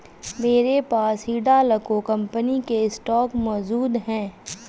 मेरे पास हिंडालको कंपनी के स्टॉक मौजूद है